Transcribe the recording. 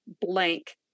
blank